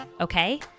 Okay